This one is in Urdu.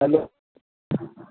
ہیلو